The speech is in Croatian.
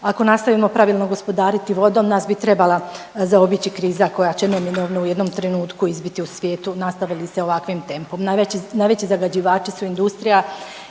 Ako nastavimo pravilno gospodariti vodom nas bi trebala zaobići kriza koja će neminovno u jednom trenutku izbiti u svijetu nastavi li se ovakvim tempom. Najveći, najveći zagađivači su industrija